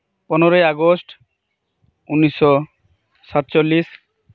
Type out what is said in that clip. ᱯᱚᱱᱮᱨᱚᱭ ᱟᱜᱚᱥᱴ ᱩᱱᱤᱥᱥᱚ ᱥᱟᱛᱪᱳᱞᱞᱤᱥ